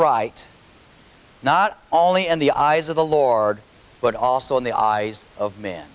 right not only in the eyes of the lord but also in the eyes of men